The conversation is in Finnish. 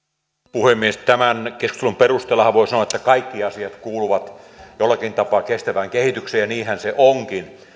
puhemies tämän keskustelun perusteellahan voi sanoa että kaikki asiat kuuluvat jollakin tapaa kestävään kehitykseen ja niinhän se onkin